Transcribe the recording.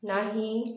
नाही